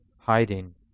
hiding